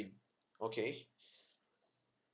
between okay